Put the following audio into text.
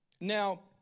Now